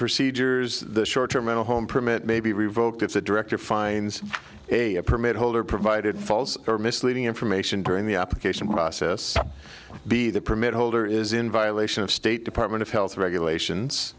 procedures short term mental home permit may be revoked if the director finds a permit holder provided false or misleading information during the application process be the permit holder is in violation of state department of health regulations